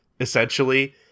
Essentially